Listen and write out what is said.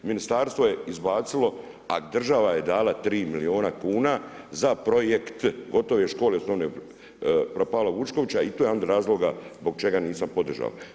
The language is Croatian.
Ministarstvo je izbacilo, a država je dala tri milijuna kuna za projekt gotove škole osnovne propale Vučkovića i to je jedan od razloga zbog čega nisam podržao.